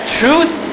truth